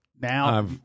Now